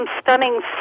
stunning